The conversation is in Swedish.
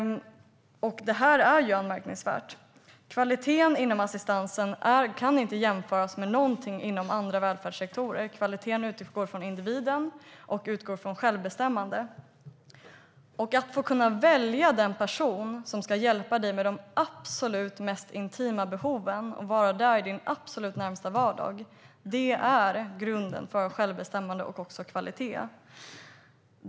Det är anmärkningsvärt. Kvaliteten inom assistansen kan inte jämföras med någonting inom andra välfärdssektorer. Kvaliteten utgår från individen och från självbestämmande. Att kunna välja den person som ska hjälpa dig med de mest intima behoven i din vardag är grunden för självbestämmande och kvalitet.